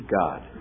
God